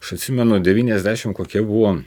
aš atsimenu devyniasdešimt kokie buvo